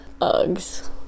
Uggs